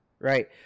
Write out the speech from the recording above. Right